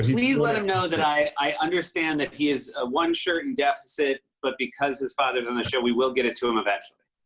please let him know that i i understand that he's ah one shirt in deficit but because his father's on the show, we will get it to him eventually.